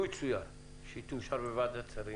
לו יצויר שהיא תאושר בוועדת השרים